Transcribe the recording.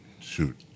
shoot